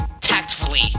tactfully